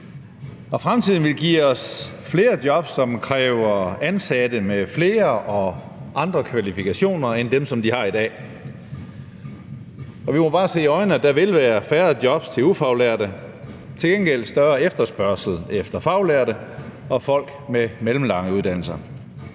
Fremtiden vil give os flere jobs, som kræver ansatte med flere og andre kvalifikationer end dem, som de har i dag. Vi må bare se i øjnene, at der vil være færre jobs til ufaglærte, til gengæld vil der være større efterspørgsel efter faglærte og folk med mellemlange uddannelser.